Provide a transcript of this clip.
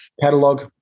catalog